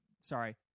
Sorry